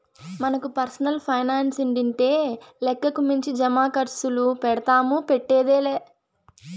మనకు పర్సనల్ పైనాన్సుండింటే లెక్కకు మించి జమాకర్సులు పెడ్తాము, పెట్టేదే లా